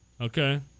Okay